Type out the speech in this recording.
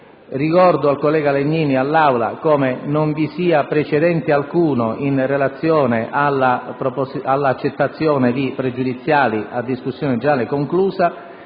Ricordo al collega Legnini e all'Aula che non esiste precedente alcuno in relazione all'accettazione di pregiudiziali a discussione generale conclusa.